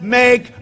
make